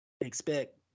expect